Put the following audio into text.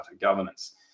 governance